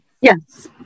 Yes